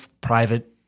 private